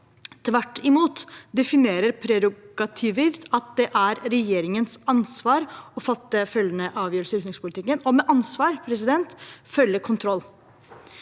Tvert imot definerer prerogativet at det er regjeringens ansvar å fatte de omtalte avgjørelser i utenrikspolitikken, og med ansvar følger kontroll.